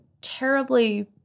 terribly